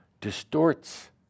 distorts